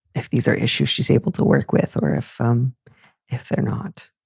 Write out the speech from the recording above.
if these are issues she's able to work with or if um if they're not.